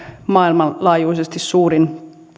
maailmanlaajuisesti suurin